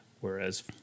whereas